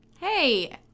Hey